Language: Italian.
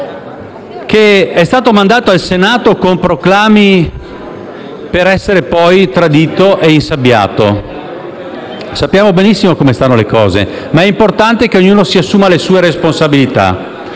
è stato mandato al Senato con proclami, per poi essere tradito e insabbiato. Sappiamo benissimo come stanno le cose, ma è importante che ognuno si assuma le propria responsabilità.